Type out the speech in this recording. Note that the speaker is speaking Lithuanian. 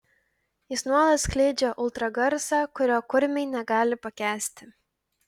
jis nuolat skleidžia ultragarsą kurio kurmiai negali pakęsti